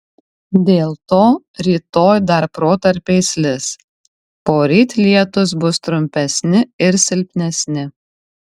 dėl to rytoj dar protarpiais lis poryt lietūs bus trumpesni ir silpnesni